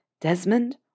Desmond